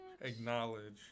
Acknowledge